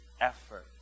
effort